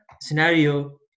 scenario